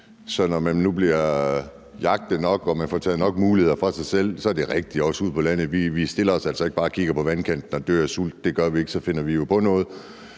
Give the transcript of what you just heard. Så når man nu bliver jagtet nok og får taget nok muligheder fra sig, er det rigtigt, at vi ude på landet ikke bare stiller os op og kigger på vandkanten og dør af sult. Det gør vi ikke. Så finder vi på noget,